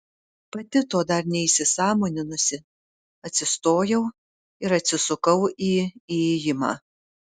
pati to dar neįsisąmoninusi atsistojau ir atsisukau į įėjimą